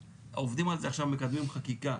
ועובדים על זה עכשיו, מקדמים חקיקה.